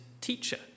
Teacher